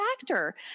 factor